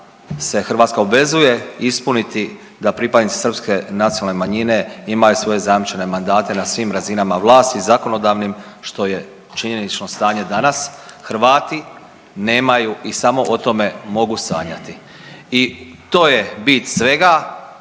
Hrvatska obvezuje ispuniti da pripadnici srpske nacionalne manjine imaju svoje zajamčene mandate na svim razinama vlasti zakonodavnim. Što je činjenično stanje danas, Hrvati nemaju i samo o tome mogu sanjati i to je bit svega.